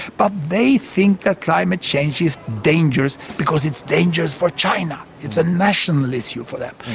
but they think that climate change is dangerous because it's dangerous for china, it's a national issue for them.